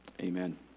amen